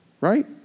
right